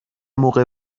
موقع